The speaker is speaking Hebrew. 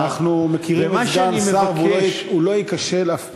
אנחנו מכירים את סגן השר והוא לא ייכשל אף פעם.